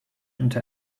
into